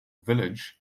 village